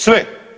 Sve.